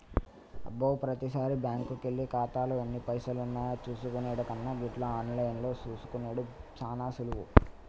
అబ్బో ప్రతిసారి బ్యాంకుకెళ్లి ఖాతాలో ఎన్ని పైసలున్నాయో చూసుకునెడు కన్నా గిట్ల ఆన్లైన్లో చూసుకునెడు సాన సులువు